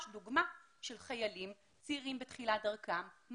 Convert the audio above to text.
דוגמה של חיילים צעירים בתחילת דרכם,